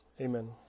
Amen